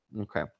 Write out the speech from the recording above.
okay